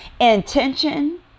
intention